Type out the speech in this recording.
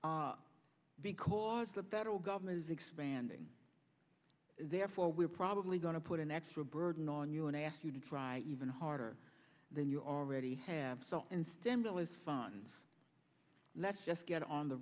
better because the federal government is expanding therefore we are probably going to put an extra burden on you and ask you to try even harder than you already have so in stimulus funds let's just get on the